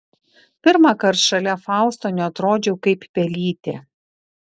pirmąkart šalia fausto neatrodžiau kaip pelytė